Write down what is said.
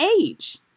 age